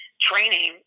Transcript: training